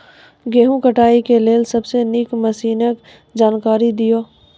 गेहूँ कटाई के लेल सबसे नीक मसीनऽक जानकारी दियो?